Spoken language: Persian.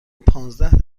پانزده